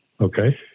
Okay